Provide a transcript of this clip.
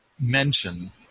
mention